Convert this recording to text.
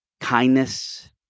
kindness